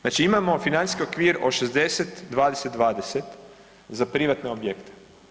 Znači imamo financijski okvir od 60-20-20 za privatne objekte.